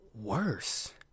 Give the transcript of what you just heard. worse